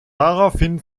daraufhin